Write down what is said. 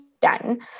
done